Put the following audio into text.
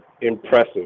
impressive